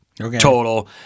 total